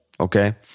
okay